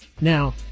Now